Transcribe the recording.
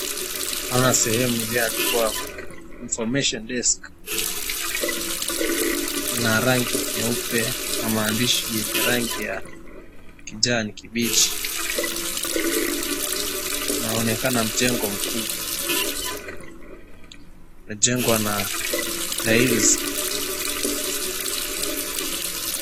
Naona sehemu iliyoandikwa 'Information Desk' na rangi nyeupe , maandishi yenye rangi ya kijani kibichi inaonekana ni jengo kubwa imejengwa na {cs}tiles {cs}.